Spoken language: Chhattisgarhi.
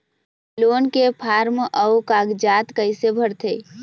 लोन के फार्म अऊ कागजात कइसे भरथें?